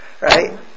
Right